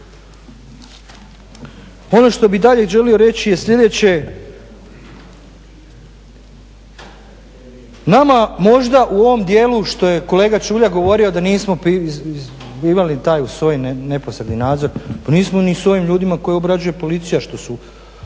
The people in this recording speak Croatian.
Ono što bih dalje želio reći je sljedeće nama možda u ovom dijelu što je kolega Čuljak govorio da nismo imali taj SOA-in neposredni nadzor pa nismo ni s ovim ljudima koje obrađuje policija što su